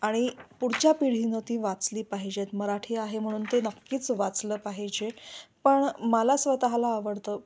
आणि पुढच्या पिढीनं ती वाचली पाहिजेतेत मराठी आहे म्हणून ते नक्कीच वाचलं पाहिजे पण मला स्वतःला आवडतं